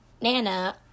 Nana